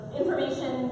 information